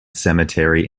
cemetery